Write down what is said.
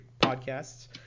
podcasts